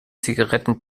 zigaretten